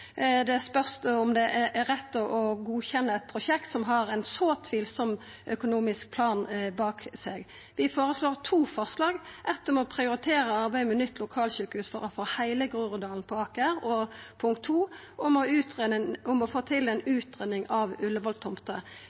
om det er rett å godkjenna eit prosjekt som har ein så tvilsam økonomisk plan bak seg. Vi har to forslag – eitt om å prioritera arbeidet med nytt lokalsjukehus for heile Groruddalen på Aker og eitt om å få ei utgreiing av Ullevål-tomta. Det forslaget er jo ikkje Senterpartiets primære standpunkt, det er laga for å kunna få